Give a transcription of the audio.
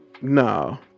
no